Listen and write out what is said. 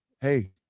hey